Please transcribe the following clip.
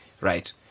right